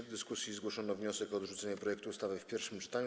W dyskusji zgłoszono wniosek o odrzucenie projektu ustawy w pierwszym czytaniu.